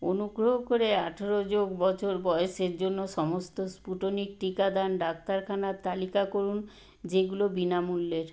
অনুগ্রহ করে আঠেরো যোগ বছর বয়েসের জন্য সমস্ত স্পুটনিক টিকাদান ডাক্তারখানার তালিকা করুন যেগুলো বিনামূল্যের